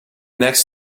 next